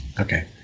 Okay